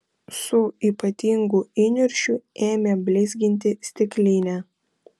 su ypatingu įniršiu ėmė blizginti stiklinę